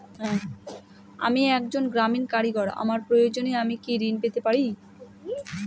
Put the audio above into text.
আমি একজন গ্রামীণ কারিগর আমার প্রয়োজনৃ আমি কি ঋণ পেতে পারি?